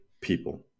people